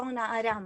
בתור נערה.